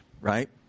right